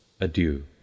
adieu